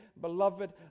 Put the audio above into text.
beloved